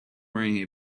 wearing